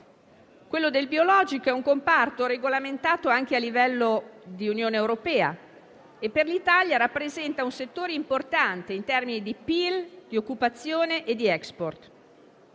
Quello del biologico è un comparto regolamentato anche a livello di Unione europea, e per l'Italia rappresenta un settore importante in termini di PIL, di occupazione e di *export*.